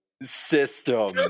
System